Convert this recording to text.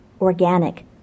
organic